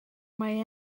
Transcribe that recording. mae